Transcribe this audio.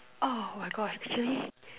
oh my gosh actually